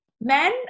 men